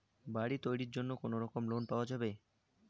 বাড়ি তৈরির জন্যে কি কোনোরকম লোন পাওয়া যাবে?